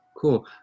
Cool